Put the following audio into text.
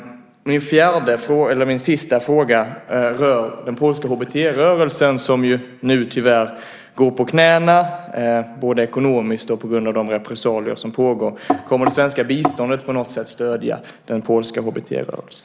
Min sista fråga rör den polska HBT-rörelsen som ju nu tyvärr går på knäna både ekonomiskt och på grund av de repressalier som pågår. Kommer det svenska biståndet på något sätt att stödja den polska HBT-rörelsen?